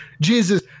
Jesus